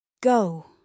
Go